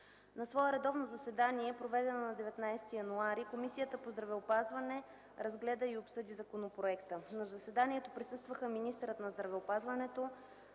На свое редовно заседание, проведено на 19 януари 2012 г., Комисията по здравеопазването разгледа и обсъди законопроекта. На заседанието присъстваха министърът на здравеопазването